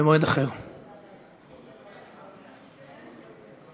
עוברת לדיון בוועדה לקידום מעמד האישה.